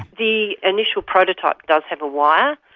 the initial prototype does have a wire,